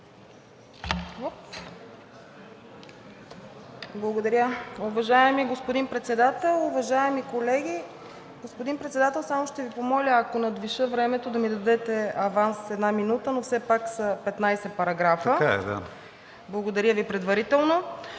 Благодаря. Уважаеми господин Председател, уважаеми колеги! Господин Председател, само ще Ви помоля, ако надвиша времето, да ми дадете аванс от една минута – все пак са 15 параграфа. ПРЕДСЕДАТЕЛ КРИСТИАН